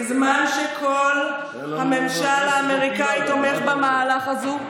בזמן שכל הממשל האמריקני תומך במהלך הזה,